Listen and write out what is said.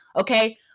okay